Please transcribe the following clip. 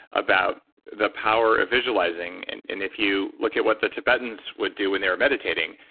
about the power of visualizing. and if you look at what the tibetans would do when they were meditating,